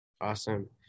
Awesome